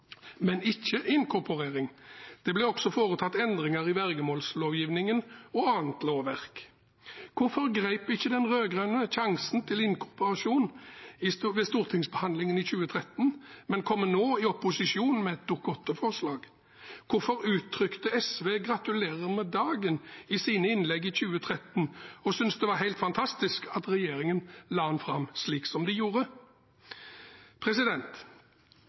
men ikke inkorporering. Det ble også foretatt endringer i vergemålslovgivningen og annet lovverk. Hvorfor grep ikke de rød-grønne sjansen til å inkorporasjon ved stortingsbehandlingen i 2013, men kommer nå, i opposisjon, med et Dokument 8-forslag? Hvorfor uttrykte SV gratulerer med dagen i sine innlegg i 2013 og syntes det var helt fantastisk at regjeringen la den fram slik de gjorde?